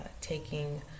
taking